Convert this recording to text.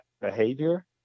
behavior